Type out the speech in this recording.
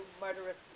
murderous